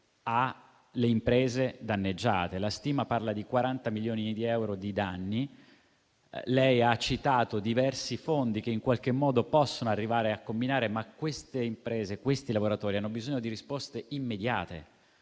alle imprese danneggiate. La stima parla di 40 milioni di euro di danni. Lei ha citato diversi fondi che in qualche modo possono arrivare, ma le imprese e i lavoratori hanno bisogno di risposte immediate.